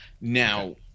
Now